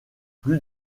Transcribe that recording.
plus